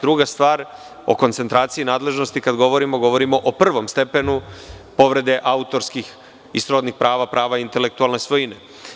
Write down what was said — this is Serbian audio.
Druga stvar, o koncentraciji nadležnosti kada govorimo, govorimo o prvom stepenu povrede autorskih i srodnih prava, prava intelektualne svojine.